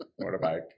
motorbike